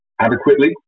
adequately